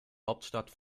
hauptstadt